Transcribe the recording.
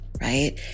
right